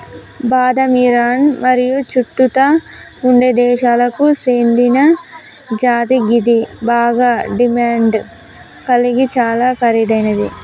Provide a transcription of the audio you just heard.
బాదం ఇరాన్ మరియు చుట్టుతా ఉండే దేశాలకు సేందిన జాతి గిది బాగ డిమాండ్ గలిగి చాలా ఖరీదైనది